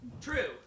True